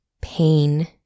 pain